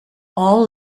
all